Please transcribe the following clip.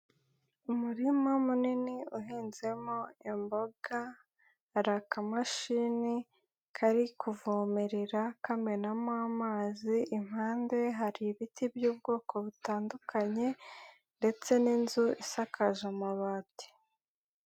Umurima munini uhinzemo imboga, hari akamashini kari kuvomerera kamenamo amazi, impande hari ibiti by'ubwoko butandukanye ndetse n'inzu isakaje amabati.